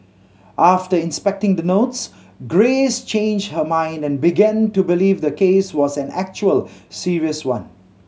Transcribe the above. after inspecting the notes Grace changed her mind and began to believe the case was an actual serious one